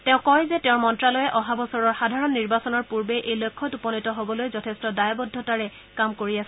তেওঁ কয় যে তেওঁৰ মন্তালয়ে অহা বছৰৰ সাধাৰণ নিৰ্বাচনৰ পূৰ্বে এই লক্ষ্যত উপনীত হবলৈ যথেষ্ট দায়বদ্ধতাৰে কাম কৰি আছে